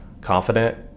confident